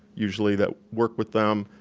usually that work with them,